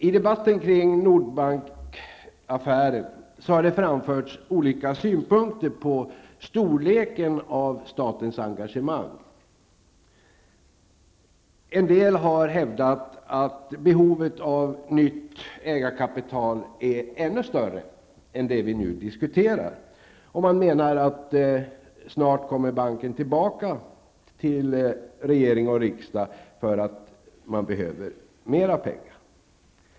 I debatten kring Nordbankenaffären har det framförts olika synpunkter på storleken av statens engagemang. En del har hävdat att behovet av nytt ägarkapital är ännu större än det belopp vi nu diskuterar. Man menar att banken snart kommer tillbaka till regering och riksdag för att man behöver mer pengar.